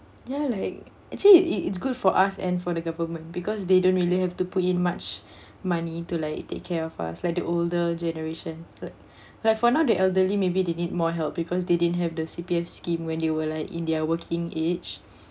ya like actually it it it's good for us and for the government because they don't really have to put in much money to like take care of us like the older generation that like for now the elderly maybe they need more help because they didn't have the C_P_F scheme when they were like in their working age